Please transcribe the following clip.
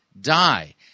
die